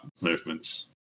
movements